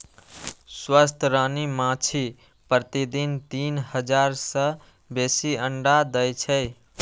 स्वस्थ रानी माछी प्रतिदिन तीन हजार सं बेसी अंडा दै छै